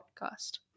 podcast